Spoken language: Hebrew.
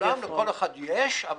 לכל אחד יש השקפת עולם,